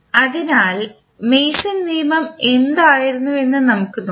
അതിനാൽ മേസൺ നിയമം എന്തായിരുന്നുവെന്ന് നമുക്ക് നോക്കാം